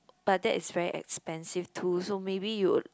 but that is very expensive too so maybe you would